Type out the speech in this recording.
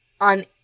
on